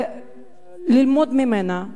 וללמוד ממנה,